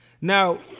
now